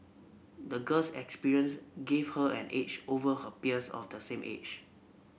the girl's experience gave her an edge over her peers of the same age